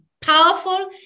powerful